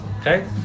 okay